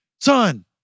son